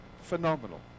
Phenomenal